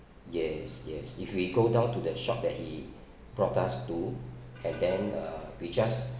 yes yes if we go down to the shop that he brought us to and then uh we just